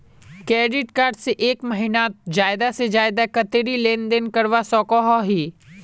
Credit card से एक महीनात ज्यादा से ज्यादा कतेरी लेन देन करवा सकोहो ही?